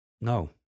No